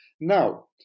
Now